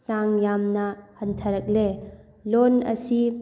ꯆꯥꯡ ꯌꯥꯝꯅ ꯍꯟꯊꯔꯛꯂꯦ ꯂꯣꯟ ꯑꯁꯤ